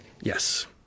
Yes